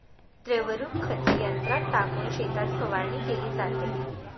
द्रवरूप खत यंत्रात टाकून शेतात फवारणी केली जाते